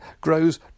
grows